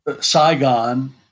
Saigon